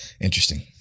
Interesting